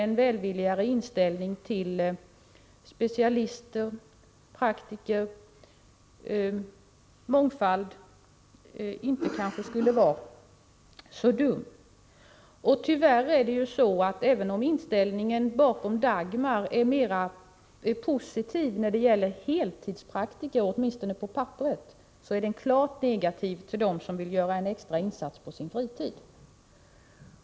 En välvilligare inställning till specialister, praktiker, mångfald vore inte så dumt. Även om inställningen i fråga om Dagmarprojektet är mer positiv till heltidspraktiker, åtminstone på papperet, är den tyvärr klart negativ till dem som vill göra en extra insats på sin fritid.